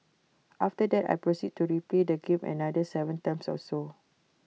after that I proceeded to replay the game another Seven times or so